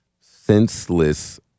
senseless